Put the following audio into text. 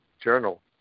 Journal